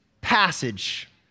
passage